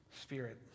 Spirit